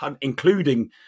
including